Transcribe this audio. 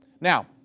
Now